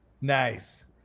Nice